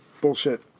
Bullshit